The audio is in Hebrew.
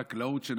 שר החקלאות,